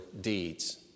deeds